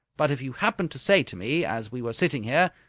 but if you happened to say to me as we were sitting here,